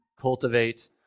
cultivate